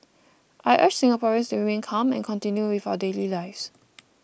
I urge Singaporeans to remain calm and continue with our daily lives